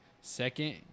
second